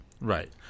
Right